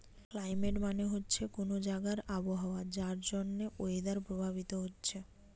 climate মানে হচ্ছে কুনো জাগার আবহাওয়া যার জন্যে ওয়েদার প্রভাবিত হচ্ছে